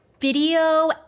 video